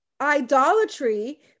idolatry